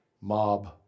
mob